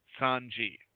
Sanji